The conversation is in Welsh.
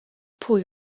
pwy